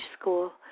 school